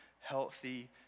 healthy